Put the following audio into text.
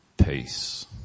peace